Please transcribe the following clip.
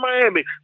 Miami